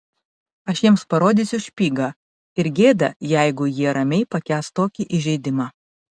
aš jiems parodysiu špygą ir gėda jeigu jie ramiai pakęs tokį įžeidimą